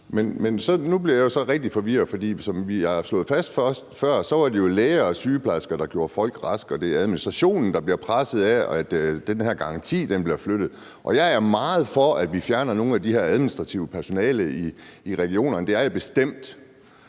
så rigtig forvirret. For som vi har slået fast før, er det jo læger og sygeplejersker, der gør folk raske, og det er administrationen, der bliver presset af, at den her garanti bliver flyttet. Og jeg er meget for, at vi fjerner noget af det her administrative personale i regionerne – det er jeg bestemt